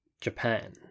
Japan